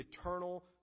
eternal